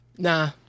Nah